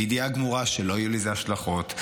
בידיעה גמורה שלא יהיו לזה השלכות,